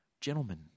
Gentlemen